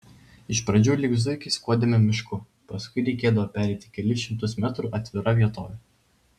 iš pradžių lyg zuikiai skuodėme mišku paskui reikėdavo pereiti kelis šimtus metrų atvira vietove